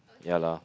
ya lah